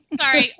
Sorry